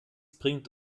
bringt